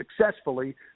successfully